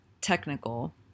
technical